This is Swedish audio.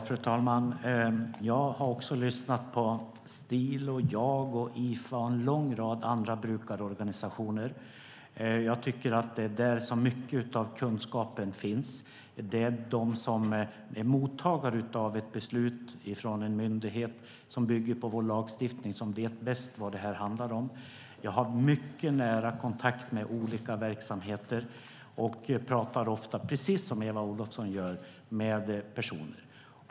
Fru talman! Jag har också lyssnat på STIL, JAG, IFA och en lång rad andra brukarorganisationer. Jag tycker att det är där som mycket av kunskapen finns. Det är de som är mottagare av ett beslut från en myndighet som bygger på vår lagstiftning som vet bäst vad det här handlar om. Jag har mycket nära kontakt med olika verksamheter och pratar ofta, precis som Eva Olofsson gör, med personer.